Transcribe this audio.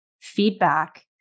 feedback